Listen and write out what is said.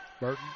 Burton